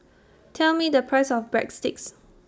Tell Me The Price of Breadsticks